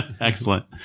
Excellent